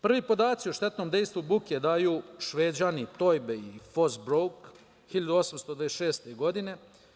Prvi podaci o štetnom dejstvu buke daju Šveđani, Tojbe i Fozbrouk, 1826. godine.